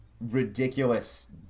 ridiculous